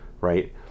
right